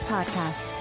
Podcast